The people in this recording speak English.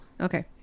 Okay